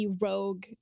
rogue